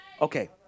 Okay